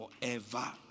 forever